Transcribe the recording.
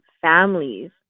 families